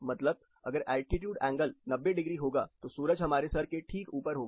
मतलब अगर altitude angle 90 ° होगा तो सूरज हमारे सर के ठीक ऊपर होगा